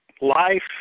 life